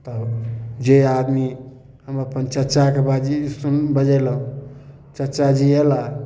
तब जे आदमी हम अपन चचाके बाजी सुन बजेलहुॅं चचाजी अयलाह